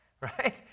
right